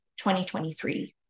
2023